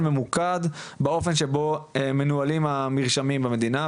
ממוקד באופן שבו מנוהלים המרשמים במדינה,